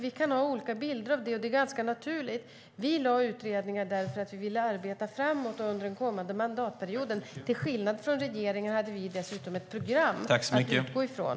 Vi kan ha olika bilder av det, och det är ganska naturligt. Vi tillsatte utredningar för att vi vill arbeta framåt och under den kommande mandatperioden. Till skillnad från regeringen hade vi dessutom ett program att utgå från.